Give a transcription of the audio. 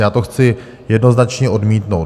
Já to chci jednoznačně odmítnout.